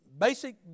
basic